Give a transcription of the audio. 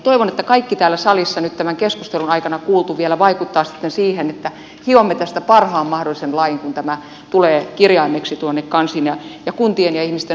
toivon että kaikki täällä salissa nyt tämän keskustelun aikana kuultu vaikuttaa sitten siihen että hiomme tästä parhaan mahdollisen lain kun tämä tulee kirjaimeksi tuonne kansiin ja kuntien ja ihmisten noudatettavaksi